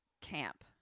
camp